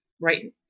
right